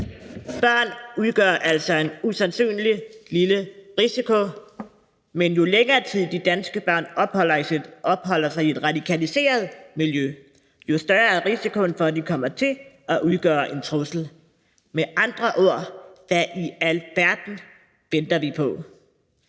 Børn udgør altså en usandsynlig lille risiko, men jo længere tid de danske børn opholder sig i et radikaliseret miljø, jo større er risikoen for, at de kommer til at udgøre en trussel. Med andre ord: Hvad i alverden venter vi på?